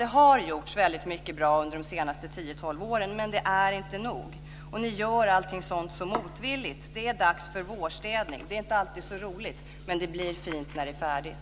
Det har gjort väldigt bra under de senaste tio tolv åren men det är inte nog. Och man gör allt sådant så motvilligt. Det är dags för vårstädning. Det är inte alltid så roligt. Men det blir fint när det är färdigt.